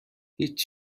هیچ